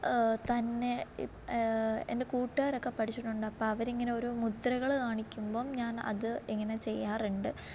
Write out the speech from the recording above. തന്നെ ഇ എൻ്റെ കൂട്ടുകാരൊക്കെ പഠിച്ചിട്ടുണ്ട് അപ്പോൾ അവരിങ്ങനെ ഓരോ മുദ്രകൾ കാണിക്കുബം ഞാൻ അത് ഇങ്ങനെ ചെയ്യാറുണ്ട്